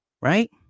right